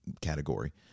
category